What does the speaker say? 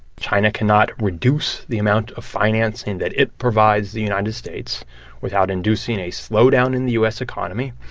china cannot reduce the amount of financing that it provides the united states without inducing a slowdown in the u s. economy,